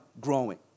growing